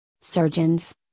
Surgeons